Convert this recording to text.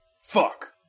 Fuck